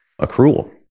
accrual